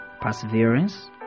perseverance